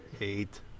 Eight